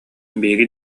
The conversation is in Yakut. биһиги